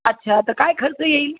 अच्छा तर काय खर्च येईल